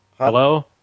Hello